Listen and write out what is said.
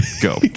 go